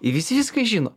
i visi viską žino